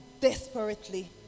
desperately